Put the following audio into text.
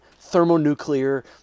thermonuclear